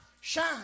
shine